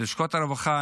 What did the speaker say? ללשכות הרווחה,